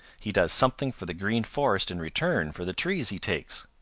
he does something for the green forest in return for the trees he takes.